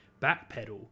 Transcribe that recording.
backpedal